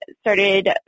started